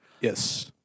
Yes